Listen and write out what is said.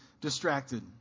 distracted